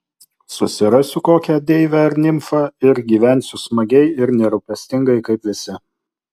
susirasiu kokią deivę ar nimfą ir gyvensiu smagiai ir nerūpestingai kaip visi